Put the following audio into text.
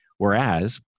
Whereas